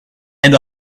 and